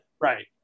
Right